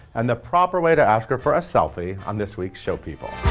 and the proper way to ask her for a selfie, on this week's show people.